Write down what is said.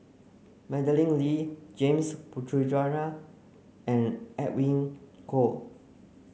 Madeleine Lee James Puthucheary and Edwin Koek